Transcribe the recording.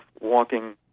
walking